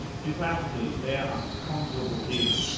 devoutly their unconquerable hymn!